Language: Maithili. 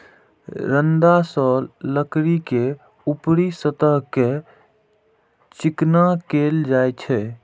रंदा सं लकड़ी के ऊपरी सतह कें चिकना कैल जाइ छै